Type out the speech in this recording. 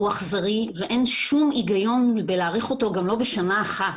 הוא אכזרי ואין שום הגיון בהארכתו וגם לא בשנה אחת.